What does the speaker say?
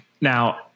Now